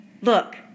Look